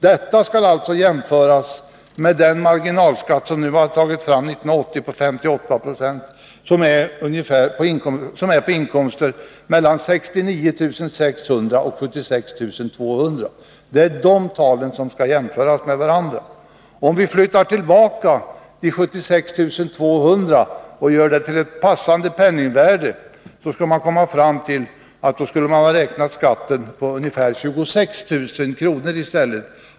Detta skall alltså jämföras med marginalskatten på 58 90 för 1980 vid inkomster på mellan 69 600 och 76 200 kr. Det är de talen som skall jämföras med varandra. Om vi räknar om 76 200 kr. till ett passande penningvärde 1966, kommer vi fram till att marginalskatten då skulle ha räknats på en inkomst på ungefär 26 000 kr.